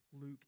Luke